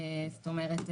זאת אומרת,